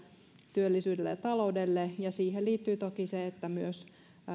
työllisyydelle ja taloudelle ja siihen liittyy toki se että myös